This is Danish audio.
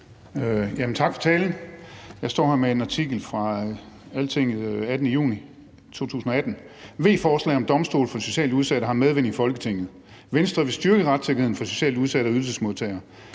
Tak for talen. Jeg står her med en artikel fra Altinget den 18. juni 2018: »V-forslag om domstol for socialt udsatte har medvind i Folketinget«. »Venstre vil styrke retssikkerheden for socialt udsatte og ydelsesmodtagere.